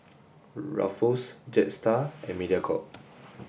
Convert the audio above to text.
Ruffles Jetstar and Mediacorp